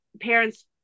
parents